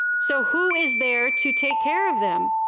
so who is there to take care of them?